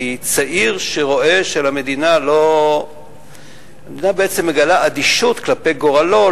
כי צעיר שרואה שהמדינה מגלה אדישות כלפי גורלו,